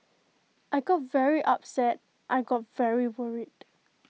I got very upset I got very worried